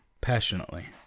passionately